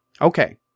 Okay